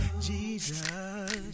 Jesus